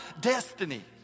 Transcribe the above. destiny